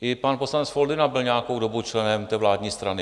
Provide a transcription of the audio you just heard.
I pan poslanec Foldyna byl nějakou dobu členem té vládní strany.